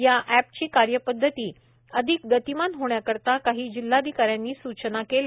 ह्या ह्या पची कार्यपद्धती अधिक गतिमान होण्याकरिता काही जिल्हाधिकाऱ्यांनी सूचना केल्या